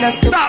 Stop